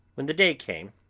when the day came,